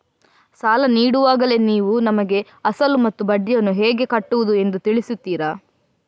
ಸಾಲ ನೀಡುವಾಗಲೇ ನೀವು ನಮಗೆ ಅಸಲು ಮತ್ತು ಬಡ್ಡಿಯನ್ನು ಹೇಗೆ ಕಟ್ಟುವುದು ಎಂದು ತಿಳಿಸುತ್ತೀರಾ?